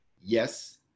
Yes